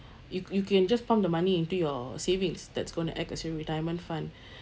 you you can just pump money into your savings that's going to act as your retirement fund